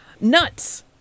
Nuts